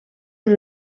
uru